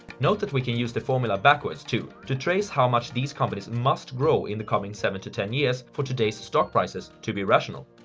note that we can use the formula backwards too, to trace how much these companies must grow in the coming seven to ten years for today's stock prices to be rational.